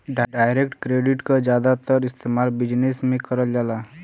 direct credit क जादातर इस्तेमाल बिजनेस में करल जाला